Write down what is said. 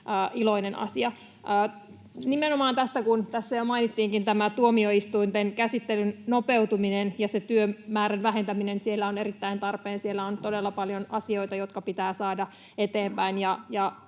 iloinen asia. Nimenomaan, kuten tässä jo mainittiinkin, tämä tuomioistuinten käsittelyn nopeutuminen ja se työmäärän vähentäminen siellä on erittäin tarpeen. Siellä on todella paljon asioita, jotka pitää saada eteenpäin,